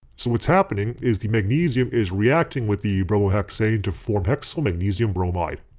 so what's happening is the magnesium is reacting with the bromohexane to form hexylmagnesium bromide.